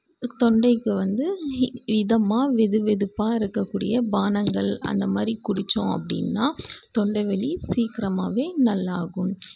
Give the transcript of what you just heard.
தொண்டைக்கு வந்து இ இதமாக வெது வெதுப்பாக இருக்கக்கூடிய பானங்கள் அந்த மாதிரி குடித்தோம் அப்படின்னா தொண்டை வலி சீக்கிரமாகவே நல்லா ஆகும்